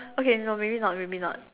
okay no maybe not maybe not